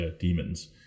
demons